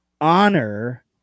honor